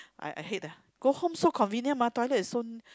I I hate ah go home so convenient mah toilet is so